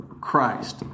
Christ